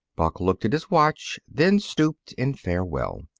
buck looked at his watch, then stooped in farewell.